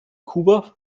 kuba